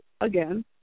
again